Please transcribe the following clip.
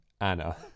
Anna